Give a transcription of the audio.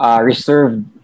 reserved